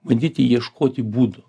bandyti ieškoti būdų